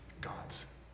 gods